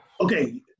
okay